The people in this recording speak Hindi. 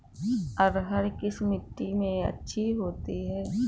अरहर किस मिट्टी में अच्छी होती है?